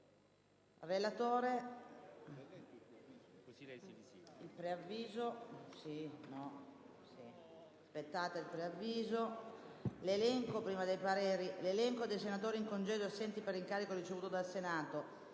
finestra"). L'elenco dei senatori in congedo e assenti per incarico ricevuto dal Senato,